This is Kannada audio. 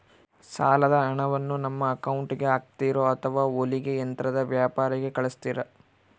ಸಾಲದ ಹಣವನ್ನು ನಮ್ಮ ಅಕೌಂಟಿಗೆ ಹಾಕ್ತಿರೋ ಅಥವಾ ಹೊಲಿಗೆ ಯಂತ್ರದ ವ್ಯಾಪಾರಿಗೆ ಕಳಿಸ್ತಿರಾ?